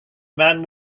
man